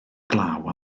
glaw